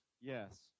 Yes